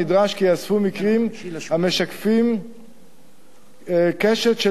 נדרש כי ייאספו מקרים המשקפים קשת של